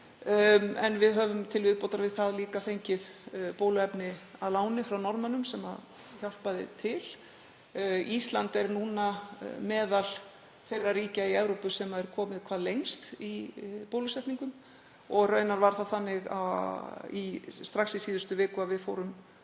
en við höfum til viðbótar við það líka fengið bóluefni að láni frá Norðmönnum sem hjálpaði til. Ísland er núna meðal þeirra ríkja í Evrópu sem eru komin hvað lengst í bólusetningum og raunar var það þannig í strax í síðustu viku að við fórum